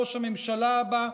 ראש הממשלה הבא,